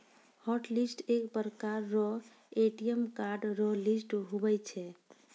hotlist एक प्रकार रो ए.टी.एम कार्ड रो लिस्ट हुवै छै